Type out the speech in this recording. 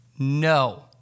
No